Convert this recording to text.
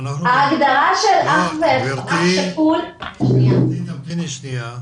ההגדרה של אח שכול --- גבירתי תמתיני שניה.